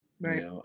Right